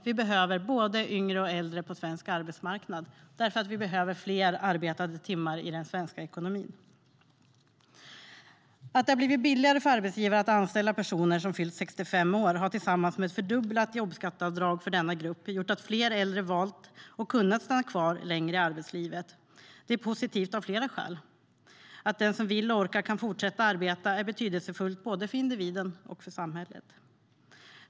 Vi behöver både yngre och äldre på svensk arbetsmarknad, för vi behöver fler arbetade timmar i den svenska ekonomin. Att det har blivit billigare för arbetsgivare att anställa personer som fyllt 65 år har tillsammans med ett fördubblat jobbskatteavdrag för denna grupp gjort att fler äldre valt att och kunnat stanna kvar längre i arbetslivet. Det är positivt av flera skäl. Att den som vill och orkar kan fortsätta att arbeta är betydelsefullt för både individen och samhället.